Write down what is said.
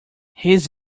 his